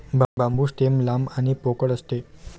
बांबू stem लांब आणि पोकळ असते